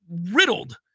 riddled